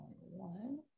one